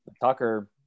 Tucker